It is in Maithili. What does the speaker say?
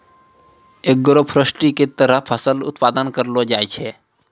एग्रोफोरेस्ट्री के तहत फसल उत्पादन करलो जाय छै